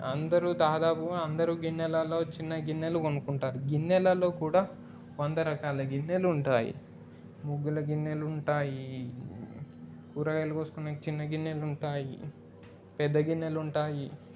అందరూ దాదాపుగా అందరూ గిన్నెలల్లో చిన్న గిన్నెలు కొనుక్కుంటారు గిన్నెలల్లో కూడా వంద రకాల గిన్నెలుంటాయి ముగ్గుల గిన్నెలుంటాయి కూరగాయల పోసుకోడానికి చిన్న గిన్నెలుంటాయి పెద్ద గిన్నెలుంటాయి